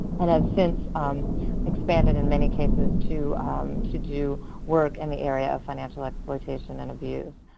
and have since um expanded in many cases to to do work in the area of financial exploitation and abuse.